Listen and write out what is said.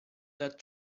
that